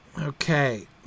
Okay